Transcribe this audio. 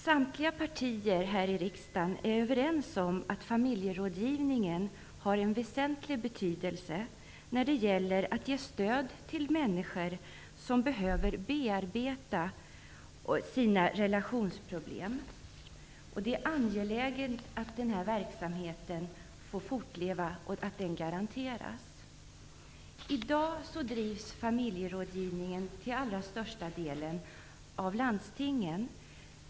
Samtliga partier i riksdagen är överens om att familjerådgivningen har en väsentlig betydelse när det gäller att ge stöd till människor som behöver bearbeta sina relationsproblem. Det är angeläget att den verksamheten får fortleva och att den garanteras. I dag drivs familjerådgivningen till allra största delen av landstingen.